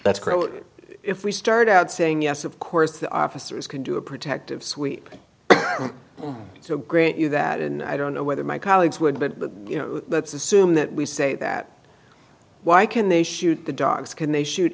crow if we start out saying yes of course the officers can do a protective sweep to grant you that and i don't know whether my colleagues would but you know let's assume that we say that why can they shoot the dogs can they shoot